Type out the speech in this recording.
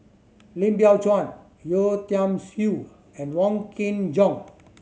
Lim Biow Chuan Yeo Tiam Siew and Wong Kin Jong